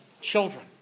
children